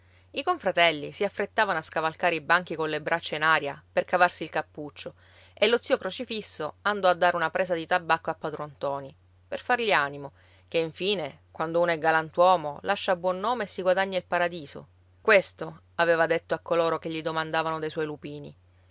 i confratelli si affrettavano a scavalcare i banchi colle braccia in aria per cavarsi il cappuccio e lo zio crocifisso andò a dare una presa di tabacco a padron ntoni per fargli animo che infine quando uno è galantuomo lascia buon nome e si guadagna il paradiso questo aveva detto a coloro che gli domandavano dei suoi lupini